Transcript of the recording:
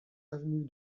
avenue